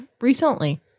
recently